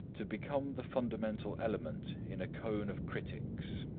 to become the fundamental element in a cone of critics.